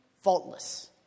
faultless